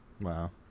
Wow